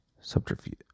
Subterfuge